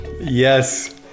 Yes